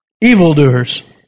evildoers